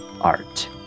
art